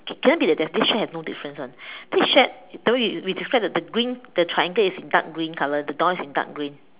cannot be that this shed has no difference [one] this shed the way we describe the green the triangle is dark green color the door is dark green